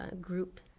group